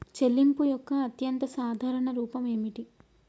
చెల్లింపు యొక్క అత్యంత సాధారణ రూపం ఏమిటి?